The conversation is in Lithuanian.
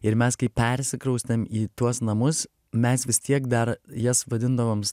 ir mes kai persikraustėm į tuos namus mes vis tiek dar jas vadindavom